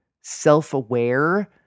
self-aware